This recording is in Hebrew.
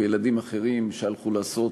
בילדים אחרים שהלכו לעשות